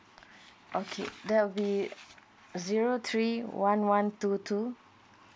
okay that will be zero three one one two two